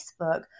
Facebook